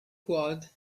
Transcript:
quad